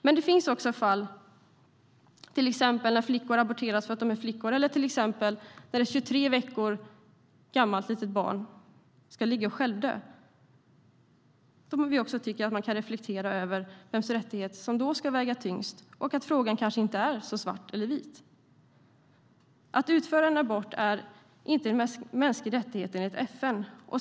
Men det finns fall där flickor aborteras för att de är just flickor och där 23 veckor gamla små barn ska ligga och självdö. I den typen av fall tycker vi att man kan reflektera över vems rättighet som ska väga tyngst och inse att frågan kanske inte är svart eller vit. Att utföra abort är inte en mänsklig rättighet enligt FN.